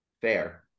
fair